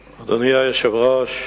היושב-ראש,